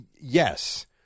Yes